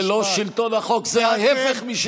זה לא שלטון החוק, זה ההפך משלטון החוק.